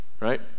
right